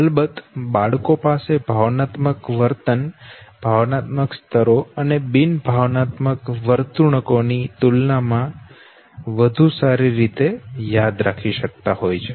અલબત્ત બાળકો પાસે ભાવનાત્મક વર્તન ભાવનાત્મક સ્તરો અને બિન ભાવનાત્મક વર્તણૂકોની તુલનામાં વધુ સારી રીતે યાદ કરી શકતા હોય છે